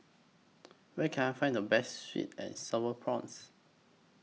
Where Can I Find The Best Sweet and Sour Prawns